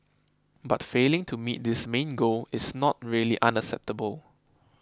but failing to meet this main goal is not really unacceptable